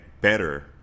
better